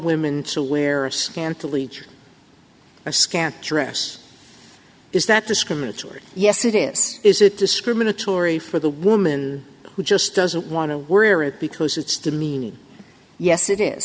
women to wear a scantily scant dress is that discriminatory yes it is is it discriminatory for the woman who just doesn't want to wear it because it's demeaning yes it is